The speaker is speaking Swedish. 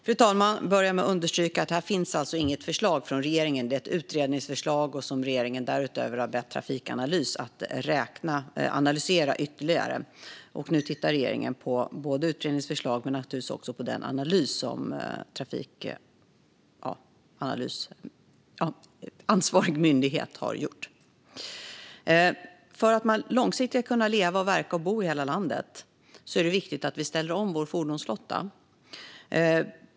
Fru talman! Jag vill börja med att understryka att här finns alltså inget förslag från regeringen. Det är ett utredningsförslag som regeringen har bett Trafikanalys att analysera ytterligare. Nu tittar regeringen på utredningens förslag men naturligtvis också på den analys som ansvarig myndighet har gjort. För att man långsiktigt ska kunna leva, verka och bo i hela landet är det viktigt att vi ställer om vår fordonsflotta.